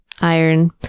iron